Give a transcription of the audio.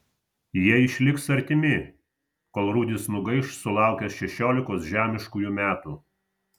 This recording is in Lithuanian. jie išliks artimi kol rudis nugaiš sulaukęs šešiolikos žemiškųjų metų